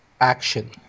action